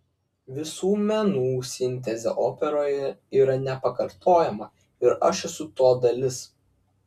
visų menų sintezė operoje yra nepakartojama ir aš esu to dalis